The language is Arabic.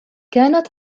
كانت